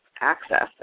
access